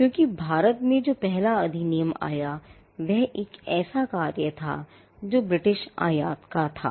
क्योंकि भारत में जो पहला अधिनियम आया वह एक ऐसा कार्य था जो ब्रिटिश आयात का था